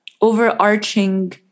overarching